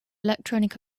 electronic